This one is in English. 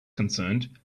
concerned